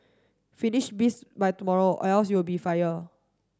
finish this by tomorrow else you will be fired